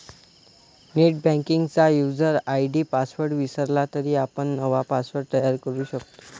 नेटबँकिंगचा user ID password विसरला तरी आपण नवा पासवर्ड तयार करू शकतो